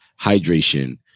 hydration